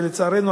ולצערנו,